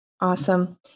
Awesome